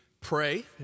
pray